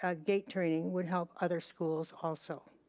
ah gate training, would help other schools also.